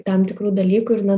tam tikrų dalykų ir nu